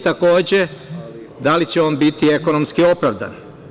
Takođe, da li će on biti ekonomski opravdan?